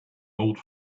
old